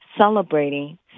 celebrating